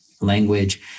Language